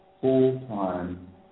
full-time